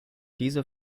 diese